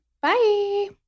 Bye